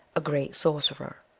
a great sorcerer.